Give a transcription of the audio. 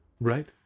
right